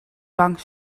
bang